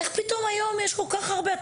איך פתאום, היום, יש כל כך הרבה?